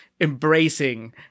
embracing